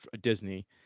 Disney